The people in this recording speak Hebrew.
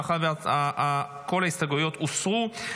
מאחר שכל ההסתייגויות הוסרו,